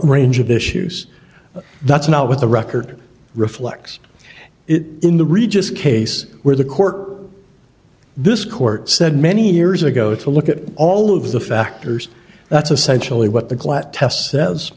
range of issues that's not what the record reflects it in the regis case where the court this court said many years ago to look at all of the factors that's essentially what the glass test says